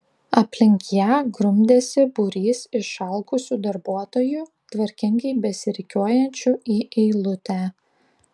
aplink ją grumdėsi būrys išalkusių darbuotojų tvarkingai besirikiuojančių į eilutę